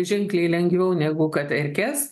ženkliai lengviau negu kad erkes